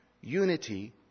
unity